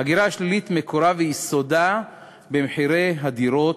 ההגירה השלילית מקורה ויסודה במחירי הדירות,